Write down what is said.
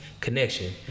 connection